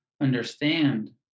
understand